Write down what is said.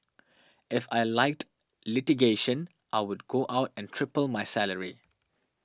if I liked litigation I would go out and triple my salary